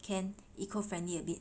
can eco friendly a bit